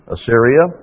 Assyria